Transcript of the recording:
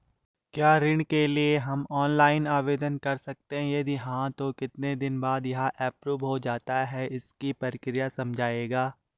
क्या ऋण के लिए हम ऑनलाइन आवेदन कर सकते हैं यदि हाँ तो कितने दिन बाद यह एप्रूव हो जाता है इसकी प्रक्रिया समझाइएगा?